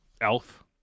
Elf